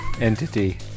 entity